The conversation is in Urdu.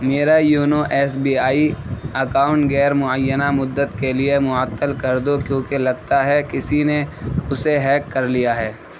میرا YONO S B I account غیرمعینہ مدت کے لیے معطل کر دو کیونکہ لگتا ہے کسی نے اسے ہیک کر لیا ہے